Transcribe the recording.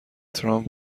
ترامپ